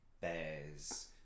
bears